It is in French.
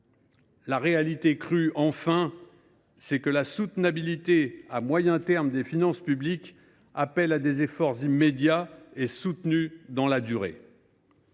La réalité crue, enfin, c’est que la soutenabilité à moyen terme des finances publiques appelle des efforts immédiats et soutenus dans la durée.